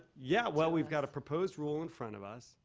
yeah. well, we've got a proposed rule in front of us,